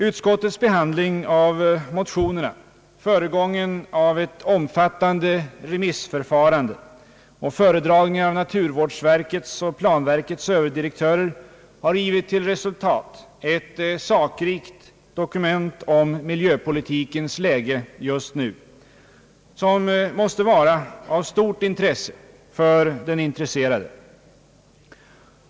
Utskottets behandling av motionerna, föregången av ett omfattande remissförfarande och föredragningar av naturvårdsverkets och planverkets överdirektörer, har givit till resultat ett sakrikt dokument om miljöpolitikens läge just nu, som måste vara av stort värde för den intresserade.